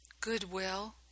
goodwill